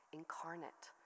incarnate